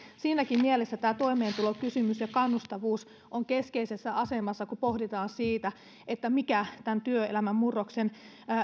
siinäkin mielessä tämä toimeentulokysymys ja kannustavuus on keskeisessä asemassa kun pohditaan sitä mikä tämän työelämän murroksen